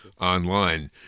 online